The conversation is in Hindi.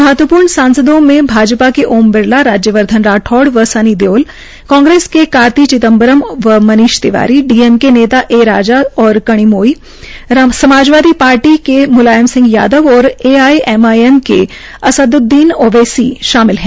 महत्वपूर्ण सांसदों में भाजपा के ओम बिरला राज्यवर्धन राठौर व सनी देओल कांग्रेस के कार्ती चिदम्बरम और मनीष तिवारी डीएमके नेता ए राजा और र्कणमोई समाजवादी पार्टी के मुलायम सिंह यादव और A J M I M के सांसद असद उद दीन ओवेसी शामिल है